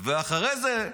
ואחרי זה,